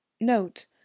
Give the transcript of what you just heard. note